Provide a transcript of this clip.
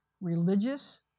religious